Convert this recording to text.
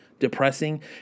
depressing